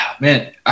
man